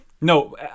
No